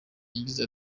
yagize